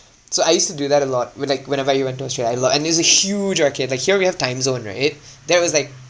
so I used to do that a lot when like whenever I went to australia a lot and there's a huge arcade like here we have timezone right that was like